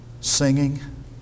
singing